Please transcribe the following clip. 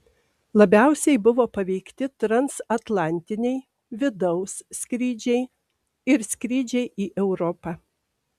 labiausiai buvo paveikti transatlantiniai vidaus skrydžiai ir skrydžiai į europą